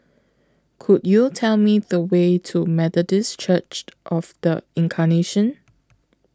Could YOU Tell Me The Way to Methodist Church of The Incarnation